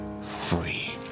free